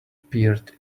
appeared